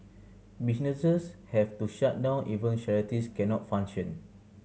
businesses have to shut down even charities cannot function